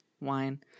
Wine